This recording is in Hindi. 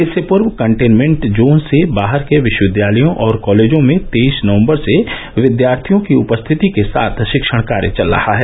इससे पूर्व कन्टेंनमेंट जोन से बाहर के विश्वविद्यालयों और कॉलेजों में तेईस नवम्बर से विद्यार्थियों की उपस्थिति के साथ शिक्षण कार्य चल रहा है